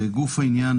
לגופו של העניין,